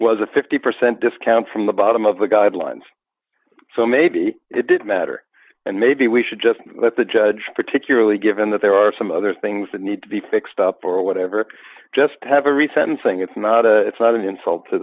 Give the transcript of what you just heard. a fifty percent discount from the bottom of the guidelines so maybe it did matter and maybe we should just let the judge particularly given that there are some other things that need to be fixed up or whatever just to have a reset and saying it's not a it's not an insult to